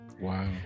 Wow